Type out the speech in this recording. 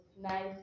nice